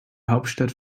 hauptstadt